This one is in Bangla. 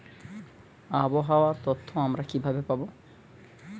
আবহাওয়ার তথ্য আমরা কিভাবে পাব?